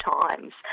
times